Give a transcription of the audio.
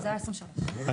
יש לי אותו,